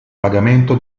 pagamento